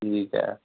ਠੀਕ ਹੈ